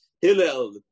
Hillel